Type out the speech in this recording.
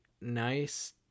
nice